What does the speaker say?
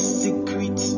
secret